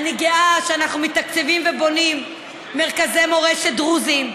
אני גאה שאנחנו מתקצבים ובונים מרכזי מורשת דרוזיים,